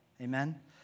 Amen